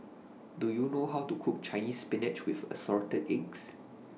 Do YOU know How to Cook Chinese Spinach with Assorted Eggs